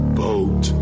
boat